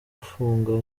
gufunga